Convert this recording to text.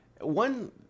one